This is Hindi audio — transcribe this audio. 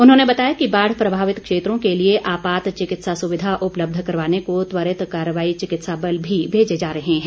उन्होंने बताया कि बाढ़ प्रभावित क्षेत्रों के लिए आपात चिकित्सा सुविधा उपलब्ध करवाने को त्वरित कार्रवाई चिकित्सा बल भी भेजे जा रहे हैं